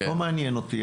לא מעניין אותי.